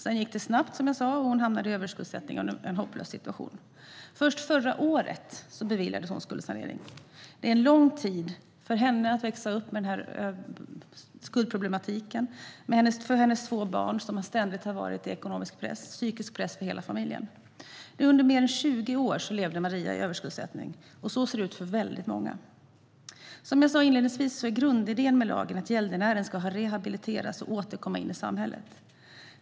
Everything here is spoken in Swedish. Sedan gick det snabbt, och hon hamnade i överskuldsättning och en hopplös situation. Först förra året beviljades Maria skuldsanering. Det är lång tid för henne att leva med denna skuldproblematik. Hennes två barn har ständigt stått under ekonomisk press, och det har varit en psykisk press för hela familjen. Under mer än 20 år har Maria levt i överskuldsättning. Så ser det ut för många. Som jag sa inledningsvis är grundidén med lagen att gäldenären ska rehabiliteras och åter komma in i samhället.